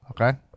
Okay